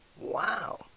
Wow